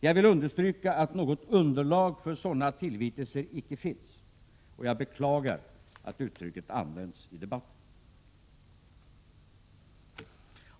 Jag vill understryka att något underlag för sådana tillvitelser icke finns, och jag beklagar att uttrycket använts i debatten.